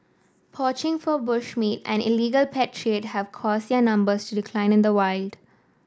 poaching for bush meat and illegal pet trade have caused their numbers to decline in the wild